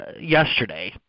yesterday